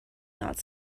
not